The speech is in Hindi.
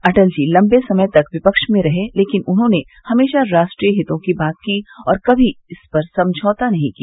अटल जी लंबे समय तक विपक्ष में रहे लेकिन उन्होंने हमेशा राष्ट्रीय हितों की बात की और कभी इस पर समझौता नहीं किया